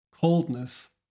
coldness